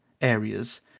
areas